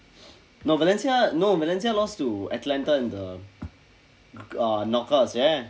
no valencia no valencia lost to atlanta in the knockouts right